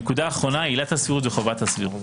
נקודה אחרונה היא עילת הסבירות וחובת הסבירות.